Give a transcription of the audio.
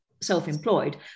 self-employed